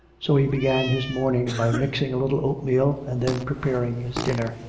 so he began his morning by mixing a little oatmeal, and then preparing his dinner.